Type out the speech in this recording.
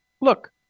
Look